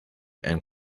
and